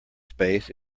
space